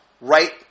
right